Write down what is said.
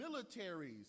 militaries